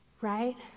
right